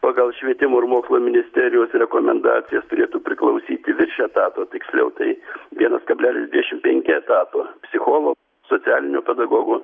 pagal švietimo ir mokslo ministerijos rekomendacijas turėtų priklausyti virš etato tiksliau tai vienas kablelis dvišimt penki etapo psicholo socialinių pedagogų